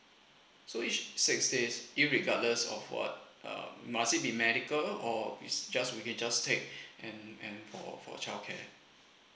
so each six days irregardless of what uh must it be medical or it's just we can just take and and for for childcare